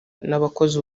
n’abakozi